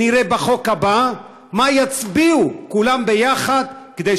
נראה בחוק הבא מה יצביעו כולם יחד כדי